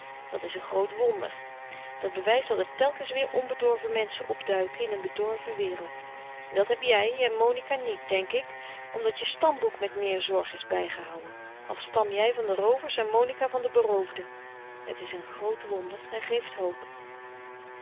dat is een groot wonder dat bewijst dat er telkens weer onbedorve mensen opduiken in een bedorve wereld en dat heb jij en monica niet denk ik omdat je stamboek met meer zorg is bijgehouë al stam jij van de roovers en monica van de beroofden het is een groot wonder en geeft hoop